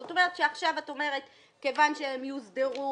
זאת אומרת שעכשיו את אומרת שכיוון שהם יוסדרו